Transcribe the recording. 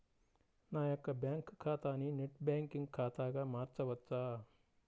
నా యొక్క బ్యాంకు ఖాతాని నెట్ బ్యాంకింగ్ ఖాతాగా మార్చవచ్చా?